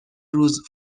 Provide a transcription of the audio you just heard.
روز